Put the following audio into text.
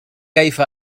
كيف